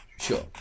Sure